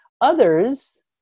Others